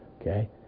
Okay